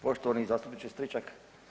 Poštovani zastupniče Stričak.